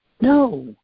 No